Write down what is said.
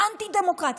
אנטי-דמוקרטי.